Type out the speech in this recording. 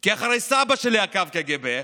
כי אחרי סבא שלי עקב הקג"ב,